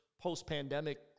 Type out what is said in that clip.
post-pandemic